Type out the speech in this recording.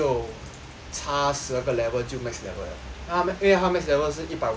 差十二个 level 就 max level 了它因为它 max level 是一百五十五